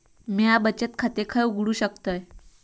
म्या बचत खाते खय उघडू शकतय?